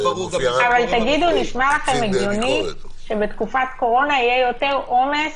נשמע לכם הגיוני שבתקופת קורונה יהיה יותר עומס